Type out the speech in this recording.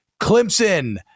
Clemson